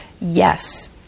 yes